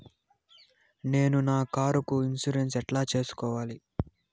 నేను నా కారుకు ఇన్సూరెన్సు ఎట్లా సేసుకోవాలి